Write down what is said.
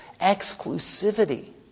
exclusivity